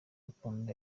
akunda